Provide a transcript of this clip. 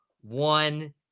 one